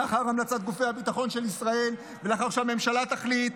לאחר המלצת גופי הביטחון של ישראל ולאחר שהממשלה תחליט,